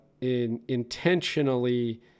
intentionally